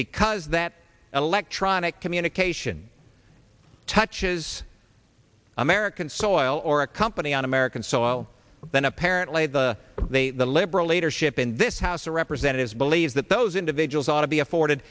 because that electronic communication touches american soil or a company on american soil then apparently the liberal leadership in this house of representatives believes that those individuals ought to be afforded